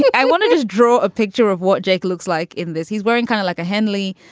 i wanted to draw a picture of what jake looks like in this he's wearing kind of like a hennelly.